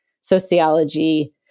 sociology